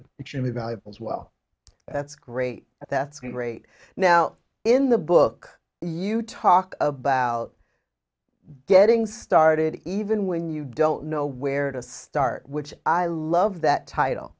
extremely valuable as well that's great that's great now in the book you talk about getting started even when you don't know where to start which i love that title